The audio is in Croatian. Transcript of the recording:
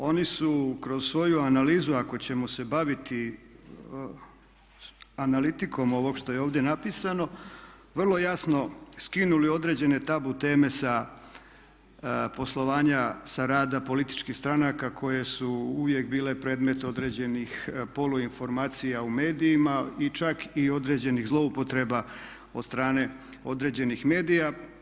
Oni su kroz svoju analizu ako ćemo se baviti analitikom ovog što je ovdje napisano vrlo jasno skinuli određene tabu teme sa poslovanja sa rada političkih stranaka koje su uvijek bile predmet određenih polu informacija u medijima i čak i određenih zloupotreba od strane određenih medija.